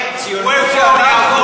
אדוני היושב-ראש,